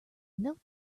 note